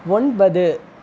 ஒன்பது